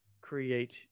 create